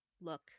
look